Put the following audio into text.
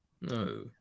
no